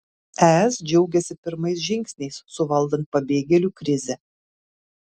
es džiaugiasi pirmais žingsniais suvaldant pabėgėlių krizę